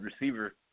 receiver